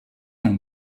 n’ont